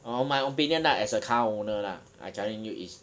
on my opinion lah as a car owner lah I telling you is